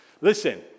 Listen